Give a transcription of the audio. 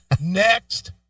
Next